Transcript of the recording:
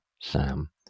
Sam